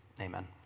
Amen